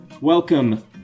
welcome